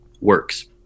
works